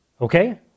Okay